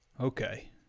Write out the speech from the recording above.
Okay